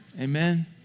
Amen